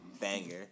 banger